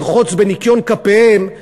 לרחוץ בניקיון כפיהן,